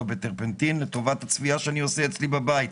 בטרפנטין לטובת הצביעה שאני עושה אצלי בבית.